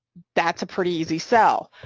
that's a pretty easy sell.